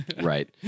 Right